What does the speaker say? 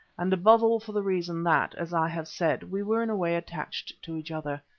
and above all for the reason that, as i have said, we were in a way attached to each other.